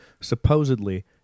Supposedly